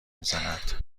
میزند